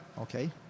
Okay